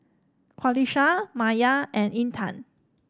Qalisha Maya and Intan